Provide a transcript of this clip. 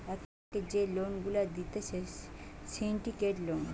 একটা লোককে যে লোন গুলা দিতেছে সিন্ডিকেট লোন